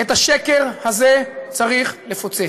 את הקשר הזה צריך לפוצץ.